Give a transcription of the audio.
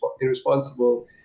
irresponsible